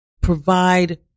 provide